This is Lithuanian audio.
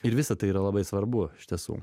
ir visa tai yra labai svarbu iš tiesų